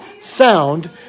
sound